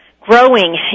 growing